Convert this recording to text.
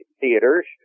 theaters